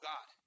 God